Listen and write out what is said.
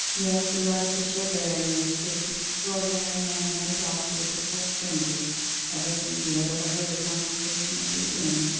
yes, the artificial bearing which this extraordinary man had adopted before strangers ever since he had overheard the conversation at the inn,